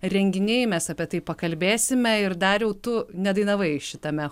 renginiai mes apie tai pakalbėsime ir dariau tu nedainavai šitame